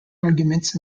arguments